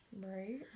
Right